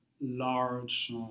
large